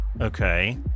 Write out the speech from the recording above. Okay